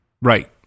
Right